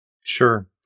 Sure